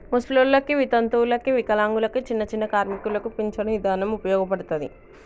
ముసలోల్లకి, వితంతువులకు, వికలాంగులకు, చిన్నచిన్న కార్మికులకు పించను ఇదానం ఉపయోగపడతది